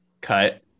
cut